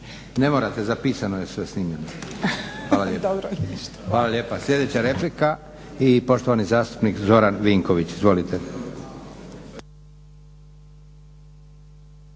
Ne morate zapisano je sve, snimljeno. Hvala lijepa. Sljedeća replika i poštovani zastupnik Zoran Vinković. Izvolite.